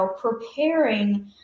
preparing